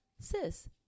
sis